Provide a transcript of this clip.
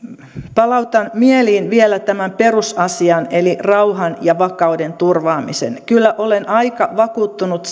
palautan mieleen vielä tämän perusasian eli rauhan ja vakauden turvaamisen kyllä olen aika vakuuttunut